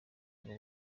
z’u